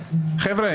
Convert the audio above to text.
חבר'ה,